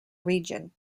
region